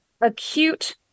acute